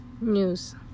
news